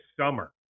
summer